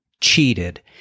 cheated